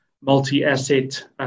multi-asset